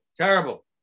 Terrible